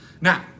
now